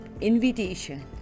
invitation